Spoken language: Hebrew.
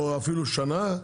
או אפילו שנה,